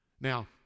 Now